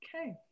Okay